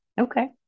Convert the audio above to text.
Okay